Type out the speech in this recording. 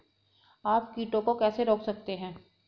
आप कीटों को कैसे रोक सकते हैं?